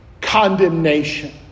condemnation